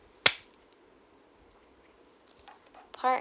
part